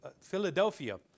Philadelphia